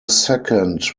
second